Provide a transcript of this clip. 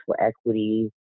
equity